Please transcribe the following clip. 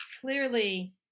clearly